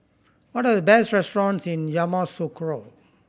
what are the best restaurants in Yamoussoukro